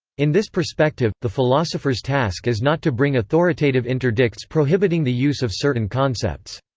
in this perspective, the philosopher's task is not to bring authoritative interdicts prohibiting the use of certain concepts.